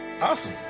Awesome